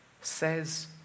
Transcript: Says